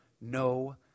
no